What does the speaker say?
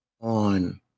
on